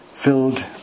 filled